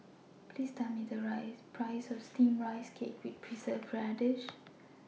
Tell Me The Price of Steamed Rice Cake with Preserved Radish